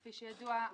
כפי שידוע,